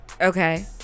Okay